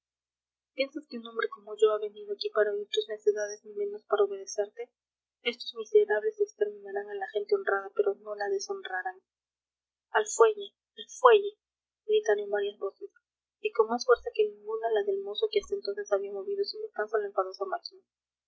piensas que un hombre como yo ha venido aquí para oír tus necedades ni menos para obedecerte estos miserables exterminarán a la gente honrada pero no la deshonrarán al fuelle al fuelle gritaron varias voces y con más fuerza que ninguna la del mozo que hasta entonces había movido sin descanso la enfadosa máquina